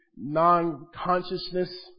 non-consciousness